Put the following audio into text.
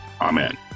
Amen